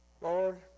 Lord